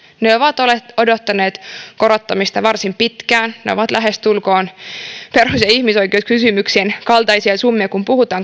ne ovat odottaneet korottamista varsin pitkään ne ovat lähestulkoon perus ja ihmisoikeuskysymyksien kaltaisia summia kun puhutaan